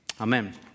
amen